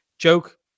Joke